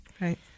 Right